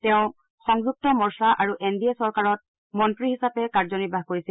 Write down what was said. তেওঁ সংযুক্ত মৰ্চা আৰু এন ডি এ চৰকাৰত মন্ত্ৰী হিচাপে কাৰ্য নিৰ্বাহ কৰিছিল